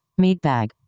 Meatbag